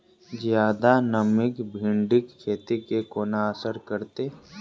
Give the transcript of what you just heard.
जियादा नमी भिंडीक खेती केँ कोना असर करतै?